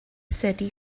city